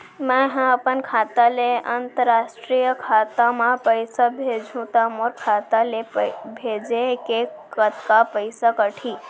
मै ह अपन खाता ले, अंतरराष्ट्रीय खाता मा पइसा भेजहु त मोर खाता ले, भेजे के कतका पइसा कटही?